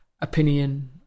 opinion